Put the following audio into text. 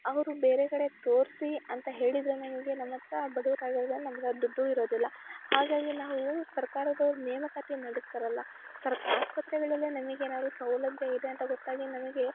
ಅವರು ಬೇರೆ ಕಡೆಗೆ ತೋರ್ಸಿ ಅಂತ ಹೇಳಿದ್ದರೇನೆ ನಮಗೆ ನಮ್ಮ ಹತ್ರ ಬಡವರಾಗಿರೋದರಿಂದ ನಮ್ಮ ಹತ್ರ ದುಡ್ಡು ಇರೋದಿಲ್ಲ ಹಾಗಾಗಿ ನಾವು ಸರ್ಕಾರದವ್ರು ನೇಮಕಾತಿ ಮಾಡಿರ್ತಾರಲ್ಲ ಸರ್ಕಾ ಆಸ್ಪತ್ರೆಗಳಲ್ಲಿ ನಮಿಗೇನಾದರು ಸೌಲಭ್ಯ ಇದೆ ಅಂತ ಗೊತ್ತಾಗಿ ನಮಗೆ